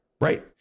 Right